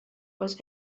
was